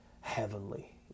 heavenly